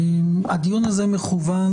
הדיון הזה מכוון,